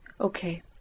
Okay